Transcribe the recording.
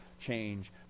change